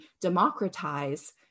democratize